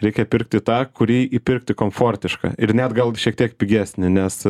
reikia pirkti tą kurį įpirkti komfortiška ir net gal šiek tiek pigesnį nes